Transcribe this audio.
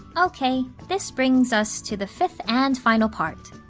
ok, this brings us to the fifth and final part.